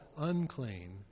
unclean